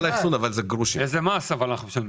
איזה מס אנחנו משלמים?